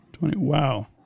Wow